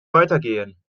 weitergehen